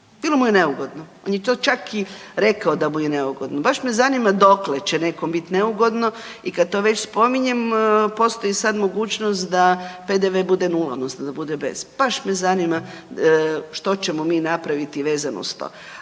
Bilo mu je neugodno. On je to čak i rekao da mu je neugodno. Baš me zanima dokle će nekom bit neugodno i kad to već spominjem postoji sad mogućnost da PDV bude nula, odnosno da bude bez. Baš me zanima što ćemo mi napraviti vezano uz to.